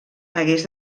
hagués